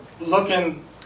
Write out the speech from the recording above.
looking